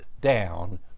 Down